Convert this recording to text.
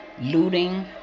looting